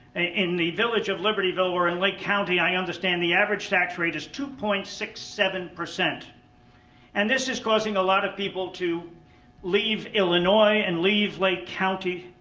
in the village of libertyville or in lake county i understand the average tax rate is two point six seven and this is causing a lot of people to leave illinois and leave lake county.